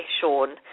Sean